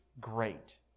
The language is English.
great